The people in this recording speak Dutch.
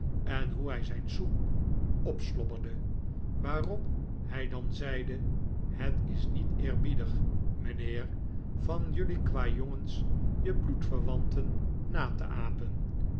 en hoe hij zijn soep opslobberde waarop hij dan zeide het is niet eerbiedig mijnheer van jelui kwajongens je bloedverwanten na te apen